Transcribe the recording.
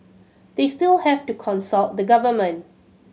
they still have to consult the government